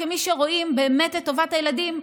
כמי שרואים באמת את טובת הילדים,